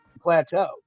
plateau